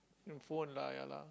and phone lah ya lah